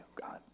God